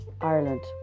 Ireland